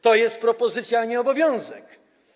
To jest propozycja, a nie obowiązek.